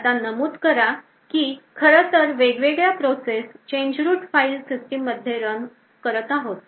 आता नमूद करा की खरंतर वेगवेगळ्या process Change root file system मध्ये रन करत आहोत